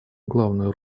главную